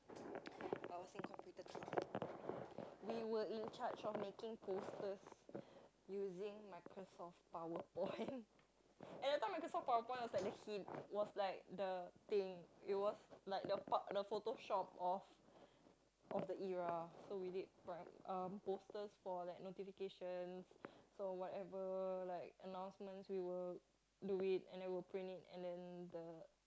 I was in computer club we were in charge of making posters using microsoft powepoint and that time microsoft powerpoint was like the hip was like the thing it was like the p~ the photoshop of of the era so we did quite um posters for like notifications for whatever like announcements we will do it and then we will print it and then the